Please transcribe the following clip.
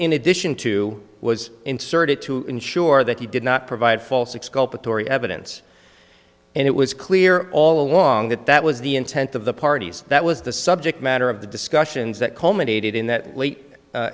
in addition to was inserted to ensure that he did not provide false exculpatory evidence and it was clear all along that that was the intent of the parties that was the subject matter of the discussions that